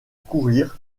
courir